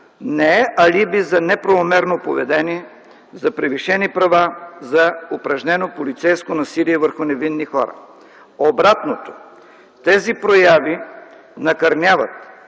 не е алиби за неправомерно поведение, за превишени права, за упражнено полицейско насилие върху невинни хора. Обратното. Тези прояви накърняват,